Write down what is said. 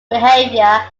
behavior